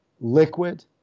liquid